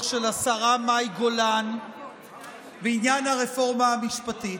של השרה מאי גולן בעניין הרפורמה המשפטית,